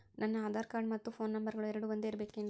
ನನ್ನ ಆಧಾರ್ ಕಾರ್ಡ್ ಮತ್ತ ಪೋನ್ ನಂಬರಗಳು ಎರಡು ಒಂದೆ ಇರಬೇಕಿನ್ರಿ?